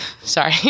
Sorry